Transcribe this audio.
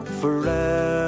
forever